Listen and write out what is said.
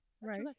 Right